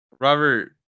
Robert